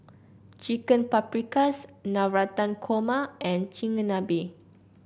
Chicken Paprikas Navratan Korma and Chigenabe